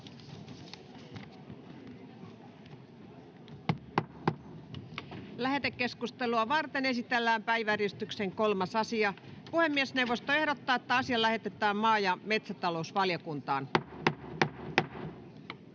Lähetekeskustelua varten esitellään päiväjärjestyksen 3. asia. Puhemiesneuvosto ehdottaa, että asia lähetetään maa- ja metsätalousvaliokuntaan.